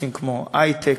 נושאים כמו היי-טק,